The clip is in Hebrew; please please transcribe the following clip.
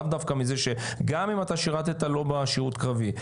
לאו דווקא מזה, גם אם אתה שירת לא בשירות קרבי.